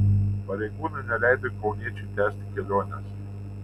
pareigūnai neleido kauniečiui tęsti kelionės